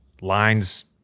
lines